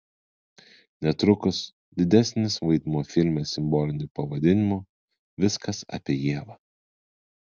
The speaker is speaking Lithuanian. netrukus didesnis vaidmuo filme simboliniu pavadinimu viskas apie ievą